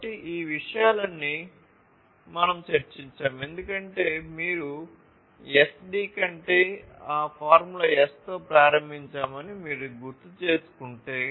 కాబట్టి ఈ విషయాలన్నీ మేము చర్చించాము ఎందుకంటే మీరు SD కంటే ఆ ఫార్ములా S తో ప్రారంభించామని మీరు గుర్తుచేసుకుంటే